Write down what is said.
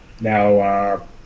now